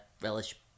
relish